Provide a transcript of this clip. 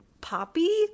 Poppy